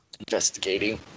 investigating